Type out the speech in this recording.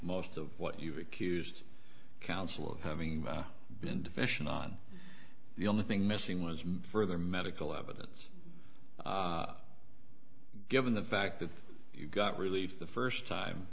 most of what you accused counsel of having been deficient on the only thing missing was further medical evidence given the fact that you got relief the first time